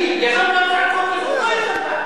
יזמת הצעת חוק כזאת?